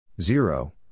zero